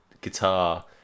guitar